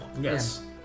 Yes